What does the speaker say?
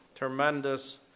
Tremendous